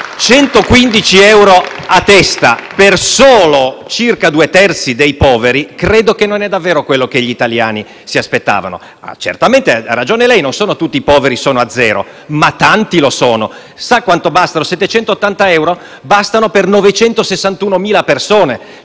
115 euro a testa per solo circa due terzi dei poveri credo non sia davvero quello che gli italiani si aspettavano. Certamente, ha ragione lei: non tutti i poveri sono a zero, ma tanti lo sono. Sa a quanti bastano 780 euro? Bastano per 961.000 persone: